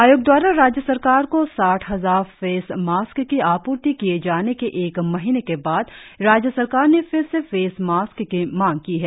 आयोग दवारा राज्य सरकार को साठ हजार फेस मास्क की आपूर्ति किए जाने के एक महीने के बाद राज्य सरकार ने फिर से फेस मास्क की मांग की है